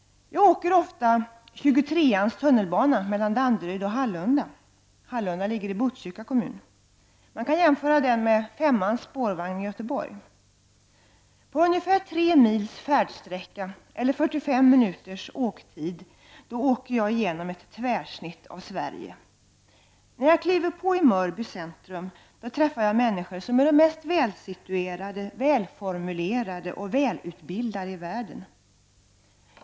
Jag åker ofta tunnelbanelinje 23 mellan Danderyd och Hallunda i Botkyrka. Man kan jämföra den linjen med spårvagnslinje 5 i Göteborg. På ungefär tre mils färdsträcka eller 45 minuters restid åker jag igenom ett tvärsnitt av Sverige. När jag kliver på i Mörby centrum träffar jag människor som är de mest välsituerade, välformulerade och välutbildade i världen.